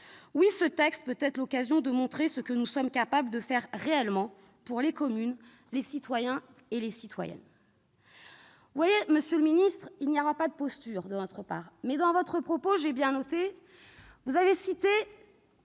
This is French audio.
Ce texte peut être l'occasion de montrer ce que nous sommes capables de faire réellement pour les communes, les citoyens et les citoyennes. Voyez-vous, monsieur le ministre, il n'y aura pas de posture de notre part. Cela étant, dans votre intervention, vous avez cité